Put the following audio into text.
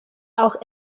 auch